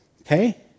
Okay